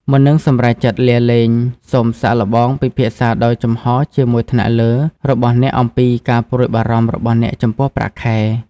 មុននឹងសម្រេចចិត្តលាលែង សូមសាកល្បង ពិភាក្សាដោយចំហរជាមួយថ្នាក់លើ របស់អ្នកអំពីការព្រួយបារម្ភរបស់អ្នកចំពោះប្រាក់ខែ។